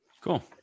cool